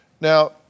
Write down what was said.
Now